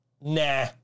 nah